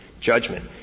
judgment